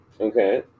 Okay